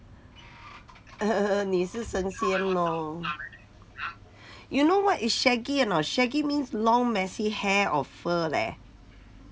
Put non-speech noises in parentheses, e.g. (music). (laughs) 你是神仙哦 you know what is shaggy or not shaggy means long messy hair or fur leh